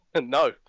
No